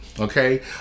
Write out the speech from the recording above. Okay